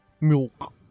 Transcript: Milk